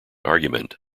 argument